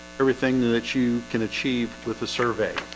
everything that you can achieve with the survey